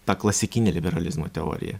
ta klasikinė liberalizmo teorija